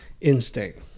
instinct